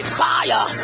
fire